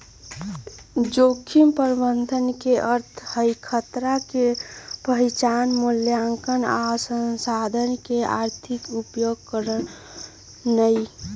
जोखिम प्रबंधन के अर्थ हई खतरा के पहिचान, मुलायंकन आ संसाधन के आर्थिक उपयोग करनाइ